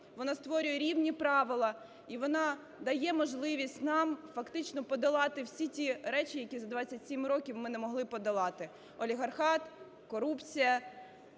вона створює рівні правила і вона дає можливість нам фактично подолати всі ті речі, які за 27 років ми не могли подолати: олігархат, корупція